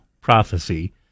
prophecy